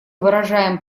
выражаем